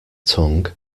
tongue